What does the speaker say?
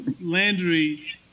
Landry